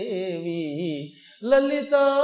Lalita